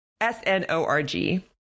S-N-O-R-G